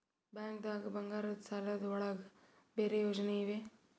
ಬ್ಯಾಂಕ್ದಾಗ ಬಂಗಾರದ್ ಸಾಲದ್ ಒಳಗ್ ಬೇರೆ ಯೋಜನೆ ಇವೆ?